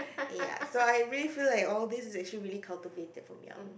ya so I really feel like all these relation really cultivated from young